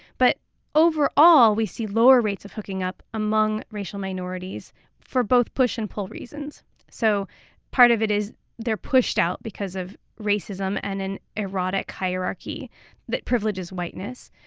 but overall, we see lower rates of hooking up among racial minorities for both push and pull reasons so part of it is they're pushed out because of racism and an erotic hierarchy that privileges whiteness.